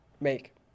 Make